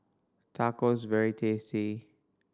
tacos is very tasty